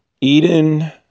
Eden